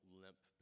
limp